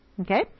Okay